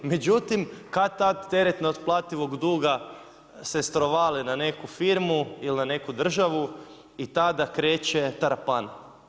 Međutim, kad-tad teret neotplativog duga se strovali na neku firmu ili na neku državu i tada kreće tarapana.